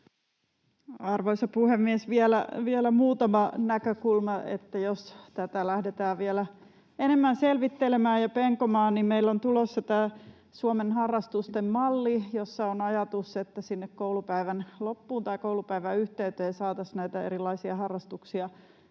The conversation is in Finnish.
Arvoisa puhemies! Vielä muutama näkökulma: Jos tätä lähdetään vielä enemmän selvittelemään ja penkomaan, niin meillä on tulossa tämä Suomen harrastusten malli, jossa on ajatus, että sinne koulupäivän loppuun tai koulupäivän yhteyteen saataisiin erilaisia harrastuksia